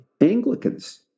Anglicans